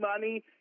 money